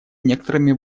некоторыми